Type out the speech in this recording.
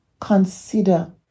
Consider